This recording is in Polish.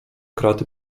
kraty